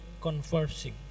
conversing